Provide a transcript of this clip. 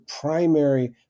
primary